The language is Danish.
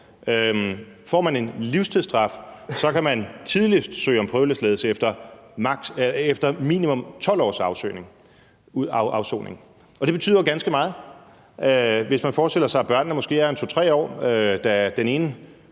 Får man en livstidsstraf, kan man tidligst søge om prøveløsladelse efter minimum 12 års afsoning, og det betyder jo ganske meget. Hvis man forestiller sig, at børnene måske er en 2-3 år, da den ene,